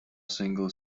single